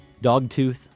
Dogtooth